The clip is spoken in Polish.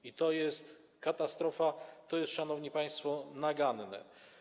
I to jest katastrofa, to jest, szanowni państwo, naganne.